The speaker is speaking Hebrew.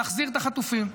להחזיר את החטופים,